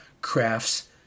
crafts